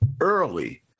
early